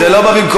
זה לא בא במקום.